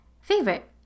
favorite